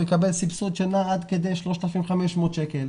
הוא יקבל סבסוד שנע עד כדי 3,500 שקלים.